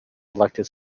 elected